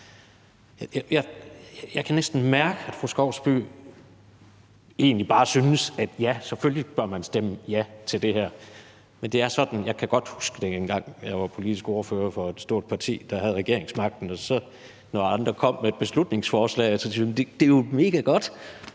jeg kan næsten mærke, at fru Julie Skovsby egentlig bare synes, at selvfølgelig bør man stemme ja til det her. Men jeg kan godt huske fra dengang, jeg var politisk ordfører for et stort parti, der havde regeringsmagten, når andre kom med et beslutningsforslag og man syntes: Det er jo megagodt,